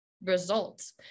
results